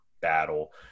battle